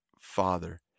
father